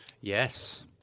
Yes